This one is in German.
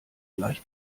gleich